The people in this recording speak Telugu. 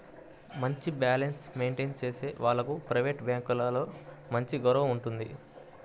మంచి బ్యాలెన్స్ మెయింటేన్ చేసే వాళ్లకు ప్రైవేట్ బ్యాంకులలో మంచి గౌరవం ఉంటుంది